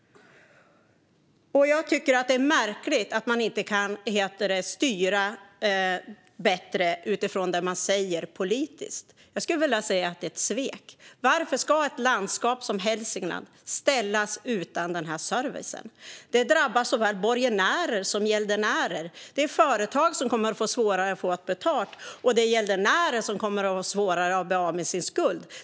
Jag tycker att det är märkligt att man inte kan styra bättre utifrån det man säger politiskt. Jag skulle vilja säga att det är ett svek. Varför ska ett landskap som Hälsingland ställas utan denna service? Det drabbar såväl borgenärer som gäldenärer. Det är företag som kommer att få svårare att få betalt, och det är gäldenärer som kommer att få svårare att bli av med sin skuld.